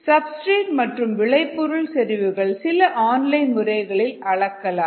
substrate மற்றும் விளைபொருள் செறிவுகள் சில ஆன்லைன் முறைகளில் அளக்கலாம்